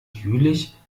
jüllich